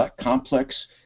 complex